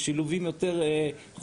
אבל הבנתי שבעצם אנחנו רוצים קודם לשמוע